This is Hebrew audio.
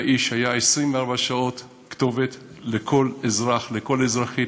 האיש היה 24 שעות כתובת לכל אזרח לכל אזרחית,